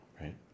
Right